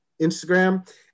Instagram